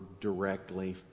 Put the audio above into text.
directly